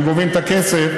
שהם גובים את הכסף,